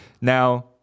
Now